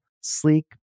sleek